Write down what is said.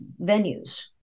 venues